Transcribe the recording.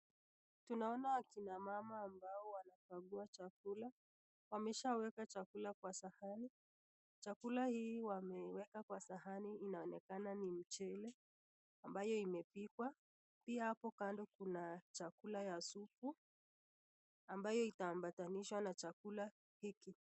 Tunaona akina mama ambao wanakagua chakula. Wameshaweka chakula kwa sahani. Chakula hii wameiweka kwa sahani inaonekana ni mchele ambayo imepikwa, pia hapo kando kuna chakula ya supu ambayo ita ambatanishwa na chakula hiki.